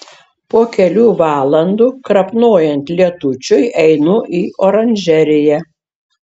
po kelių valandų krapnojant lietučiui einu į oranžeriją